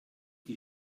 die